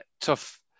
tough